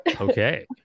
okay